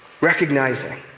recognizing